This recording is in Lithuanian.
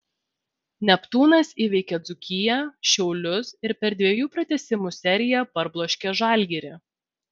neptūnas įveikė dzūkiją šiaulius ir per dviejų pratęsimų seriją parbloškė žalgirį